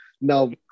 Now